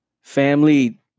Family